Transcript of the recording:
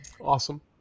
Awesome